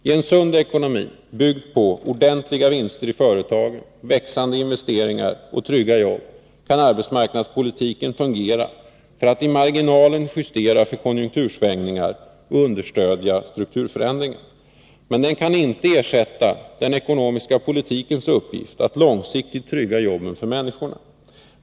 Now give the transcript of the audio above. I en sund ekonomi, byggd på ordentliga vinster i företagen, växande investeringar och trygga jobb, kan arbetsmarknadspolitiken fungera för att i marginalen justera för konjunktursvängningar och understödja strukturförändringar. Men den kan inte ersätta den ekonomiska politikens uppgift att långsiktigt trygga jobben för människorna.